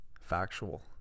Factual